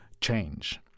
change